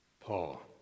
Paul